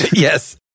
Yes